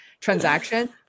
transaction